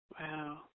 wow